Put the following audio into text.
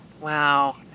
wow